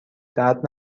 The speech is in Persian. درد